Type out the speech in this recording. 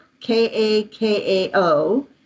K-A-K-A-O